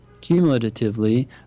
cumulatively